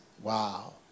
Wow